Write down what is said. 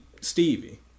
stevie